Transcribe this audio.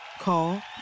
Call